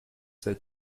said